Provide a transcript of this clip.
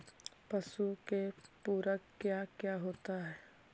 पशु के पुरक क्या क्या होता हो?